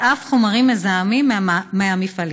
ואף חומרים מזהמים מהמפעלים.